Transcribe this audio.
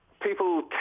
People